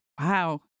Wow